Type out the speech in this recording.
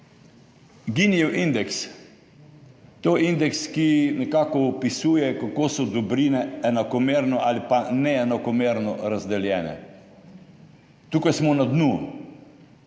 Ginijev indeks, to je indeks, ki nekako opisuje, kako so dobrine enakomerno ali pa neenakomerno razdeljene. Tukaj smo na dnu,